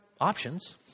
options